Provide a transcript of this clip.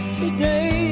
today